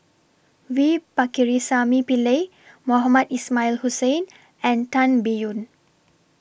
V Pakirisamy Pillai Mohamed Ismail Hussain and Tan Biyun